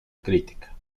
crítica